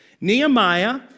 Nehemiah